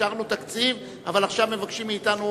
אישרנו תקציב אבל עכשיו מבקשים מאתנו,